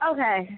Okay